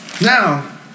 now